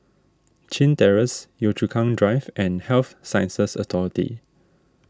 Chin Terrace Yio Chu Kang Drive and Health Sciences Authority